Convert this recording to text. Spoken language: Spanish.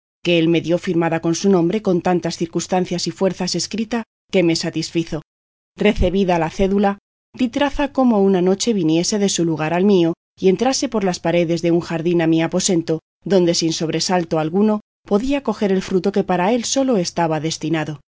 que él me dio firmada de su nombre con tantas circunstancias y fuerzas escrita que me satisfizo recebida la cédula di traza cómo una noche viniese de su lugar al mío y entrase por las paredes de un jardín a mi aposento donde sin sobresalto alguno podía coger el fruto que para él solo estaba destinado